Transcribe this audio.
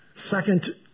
Second